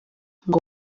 ngo